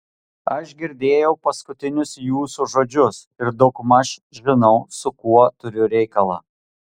aš girdėjau paskutinius jūsų žodžius ir daugmaž žinau su kuo turiu reikalą